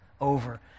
over